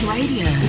Radio